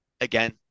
again